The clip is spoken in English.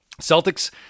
Celtics